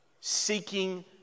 seeking